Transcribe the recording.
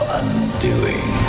undoing